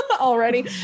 Already